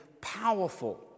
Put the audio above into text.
powerful